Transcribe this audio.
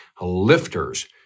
lifters